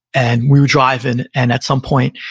and we were driving, and at some point,